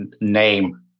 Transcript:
name